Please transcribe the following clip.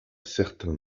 certain